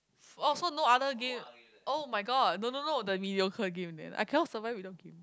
oh so no other game [oh]-my-god no no no the mediocre game then I cannot survive without game